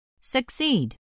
Succeed